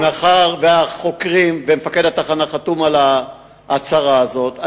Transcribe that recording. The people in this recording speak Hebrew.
ומאחר שמפקד התחנה חתום על ההצהרה הזאת,